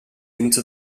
into